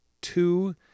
two